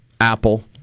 Apple